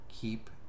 keep